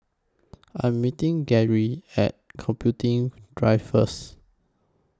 I'm meeting Geary At Computing Drive First